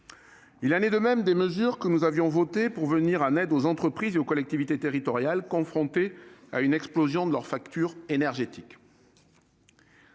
Il en est de même des mesures que nous avions adoptées pour venir en aide aux entreprises et aux collectivités territoriales, confrontées à une explosion de leurs factures énergétiques,